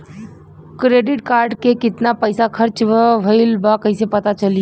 Credit card के कितना पइसा खर्चा भईल बा कैसे पता चली?